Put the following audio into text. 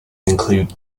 include